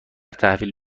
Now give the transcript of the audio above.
تحویل